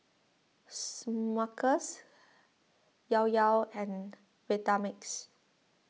Smuckers Llao Llao and Vitamix